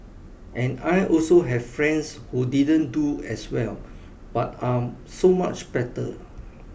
and I also have friends who didn't do as well but are so much better